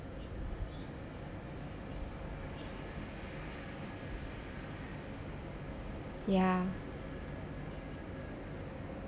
ya